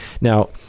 Now